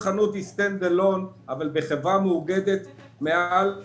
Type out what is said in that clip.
אבל מה הדעה שלהם,